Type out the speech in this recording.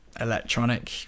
electronic